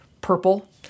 purple